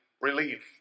relief